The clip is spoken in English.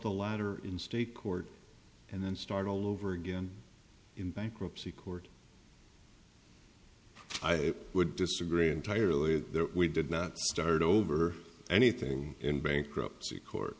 the ladder in state court and then start all over again in bankruptcy court i would disagree entirely that we did not start over anything in bankruptcy court